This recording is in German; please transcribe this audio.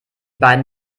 beiden